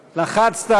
לחצת?